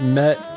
met